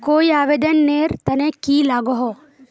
कोई आवेदन नेर तने की लागोहो?